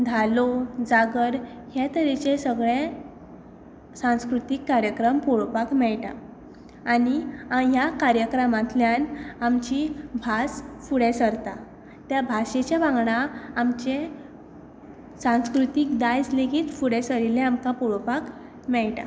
धालो जागर हे तरेचे सगळे सांस्कृतीक कार्यक्रम पळोपाक मेळटा आनी ह्या कार्यक्रमांतल्यान आमची भास फुडें सरता त्या भाशेचे वांगडा आमचें सांस्कृतीक दायज लेगीत फुडें सरिल्लें आमकां पळोवपाक मेळटा